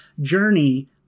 journey